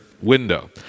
window